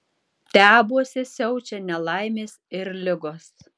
tebuose siaučia nelaimės ir ligos